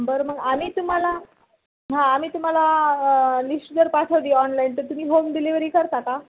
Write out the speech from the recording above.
बरं मग आम्ही तुम्हाला हां आम्ही तुम्हाला लिस्ट जर पाठवली ऑनलाईन तर तुम्ही होम डिलेव्हरी करता का